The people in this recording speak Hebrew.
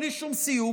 בלי שום סיוג,